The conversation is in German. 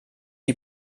die